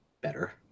better